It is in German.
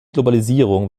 globalisierung